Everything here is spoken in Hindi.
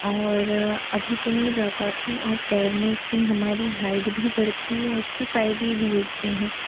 और अभी तो नहीं जा पाती हूँ और तैरने से हमारी हाइट भी बढ़ती है उसके फ़ायदे भी होते हैं